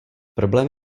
problém